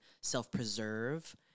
self-preserve